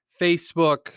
Facebook